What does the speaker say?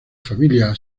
familia